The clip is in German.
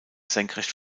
senkrecht